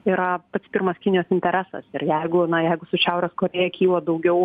yra pats pirmas kinijos interesas ir jeigu na jeigu su šiaurės korėja kyla daugiau